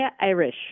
Irish